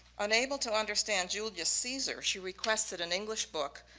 unable to understand julius caesar she requested an english book,